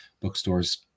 bookstores